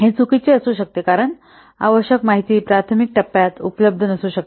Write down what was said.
हे चुकीचे असू शकते कारण आवश्यक माहिती प्राथमिक टप्प्यात उपलब्ध नसू शकते